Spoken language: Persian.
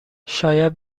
شاید